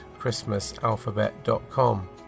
ChristmasAlphabet.com